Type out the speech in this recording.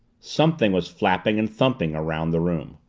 something was flapping and thumping around the room.